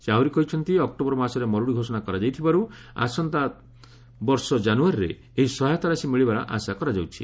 ସେ ଆହୁରି କହିଛନ୍ତି ଅକ୍ଟୋବର ମାସରେ ମରୁଡ଼ି ଘୋଷଣା କରାଯାଇଥିବାରୁ ଆସନ୍ତା ବର୍ଷ ଜାନୁୟାରୀରେ ଏହି ସହାୟତା ରାଶି ମିଳିବାର ଆଶା କରାଯାଉଛି